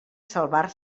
salvar